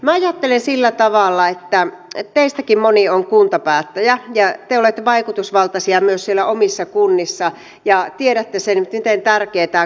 minä ajattelen sillä tavalla että teistäkin moni on kuntapäättäjä ja te olette vaikutusvaltaisia myös siellä omissa kunnissa ja tiedätte sen miten tärkeä tämä kotouttamisasia on